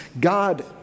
God